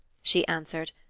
she answered,